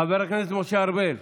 חבר הכנסת משה ארבל,